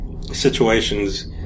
situations